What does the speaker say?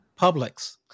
Publix